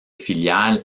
filiales